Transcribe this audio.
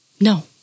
No